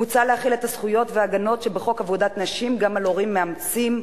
מוצע להחיל את הזכויות וההגנות שבחוק עבודת נשים גם על הורים מאמצים,